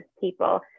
people